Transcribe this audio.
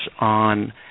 on